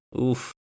Oof